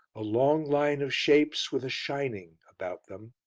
a long line of shapes, with a shining about them.